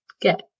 get